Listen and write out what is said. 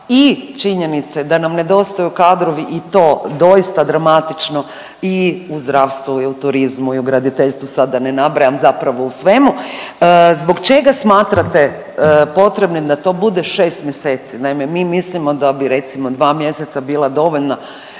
i činjenice da nam nedostaju kadrovi i to doista dramatično i u zdravstvu i u turizmu i u graditeljstvu sad da ne nabrajam, zapravo u svemu. Zbog čega smatrate potrebnim da to bude 6 mjeseci? Naime, mi mislimo da bi recimo 2 mjeseca bila dovoljna